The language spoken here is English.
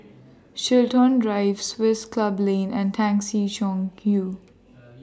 Chiltern Drive Swiss Club Lane and Tan Si Chong YOU